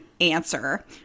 answer